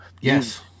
Yes